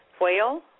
whale